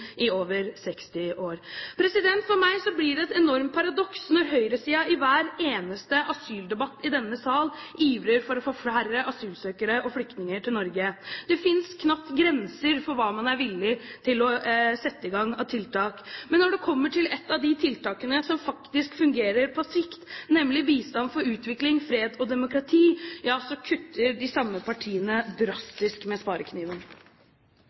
i over 60 år. For meg blir det et enormt paradoks når høyresiden i hver eneste asyldebatt i denne sal ivrer for å få færre asylsøkere og flyktninger til Norge. Det finnes knapt grenser for hva man er villig til å sette i gang av tiltak. Men når det kommer til et av de tiltakene som faktisk fungerer på sikt, nemlig bistand for utvikling, fred og demokrati, ja da kutter de samme partiene drastisk med sparekniven.